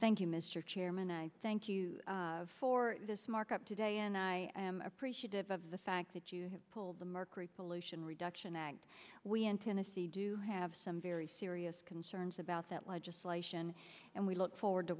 thank you mr chairman i thank you for this markup today and i am appreciative of the fact that you have pulled the marc rich pollution reduction act we in tennessee do have some very serious concerns about that legislation and we look forward to